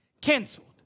canceled